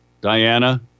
Diana